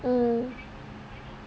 mm